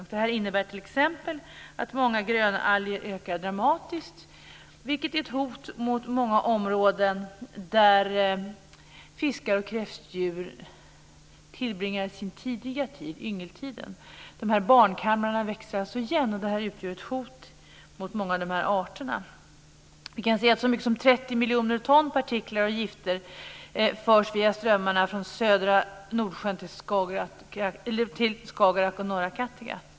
Det innebär t.ex. att många grönalger ökar dramatiskt, vilket är ett hot mot många områden där fiskar och kräftdjur tillbringar sin tidiga tid, yngeltiden. De här barnkamrarna växer alltså igen, och det utgör ett hot mot många av arterna. Vi kan se att så mycket som 30 miljoner ton partiklar och gifter förs via strömmarna från södra Nordsjön till Skagerrak och norra Kattegatt.